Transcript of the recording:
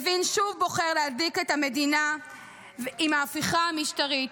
לוין שוב בוחר להדליק את המדינה עם ההפיכה המשטרתית.